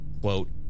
quote